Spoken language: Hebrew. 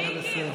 יהיה בסדר.